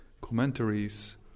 commentaries